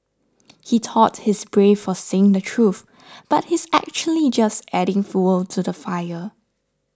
he thought his brave for saying the truth but he's actually just adding fuel to the fire